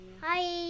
Hi